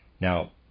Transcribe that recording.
Now